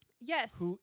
Yes